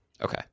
Okay